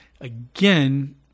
again